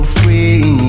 free